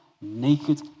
naked